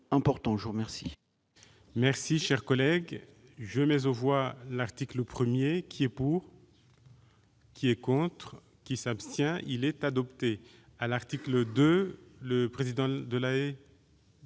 Je vous remercie